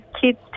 Kids